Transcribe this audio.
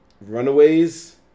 Runaways